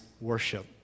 worship